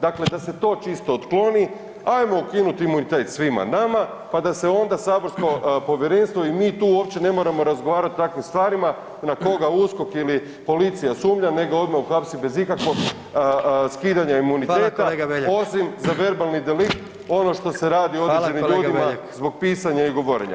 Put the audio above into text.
Dakle, da se to čisto otkloni ajmo ukinut imunitet svima nama, pa da se onda saborsko povjerenstvo i mi tu uopće ne moramo razgovarat o takvim stvarima na koga USKOK ili policija sumnja, nego odmah uhapsi bez ikakvog skidanja [[Upadica: Hvala kolega Beljak]] imuniteta osim za verbalni delikt ono što se radi [[Upadica: Hvala kolega Beljak]] određenim ljudima zbog pisanja i govorenja.